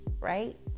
right